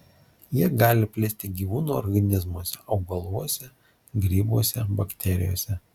jie gali plisti gyvūnų organizmuose augaluose grybuose bakterijose